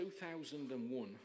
2001